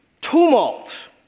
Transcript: tumult